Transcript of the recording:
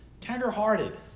tenderhearted